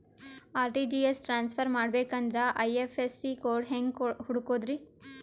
RTGS transfer ಮಾಡಬೇಕೆಂದರೆ IFSC code ಹೆಂಗ್ ಹುಡುಕೋದ್ರಿ?